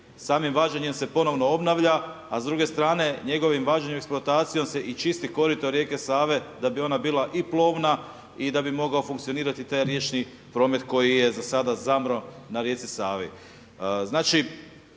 samim vađenjem se ponovno obnavlja, a s druge strane njegovim vađenje, eksploatacijom se i čisti korito rijeke Save da bi ona bila i plovna i da bi mogao funkcionirati taj riječni promet koji je za sada zamro na rijeci Savi.